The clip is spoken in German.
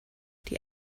die